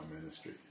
ministry